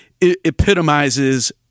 epitomizes